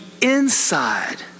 inside